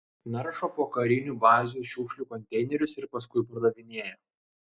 naršo po karinių bazių šiukšlių konteinerius ir paskui pardavinėja